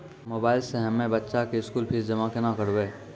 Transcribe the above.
Mobile से हम्मय बच्चा के स्कूल फीस जमा केना करबै?